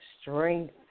strength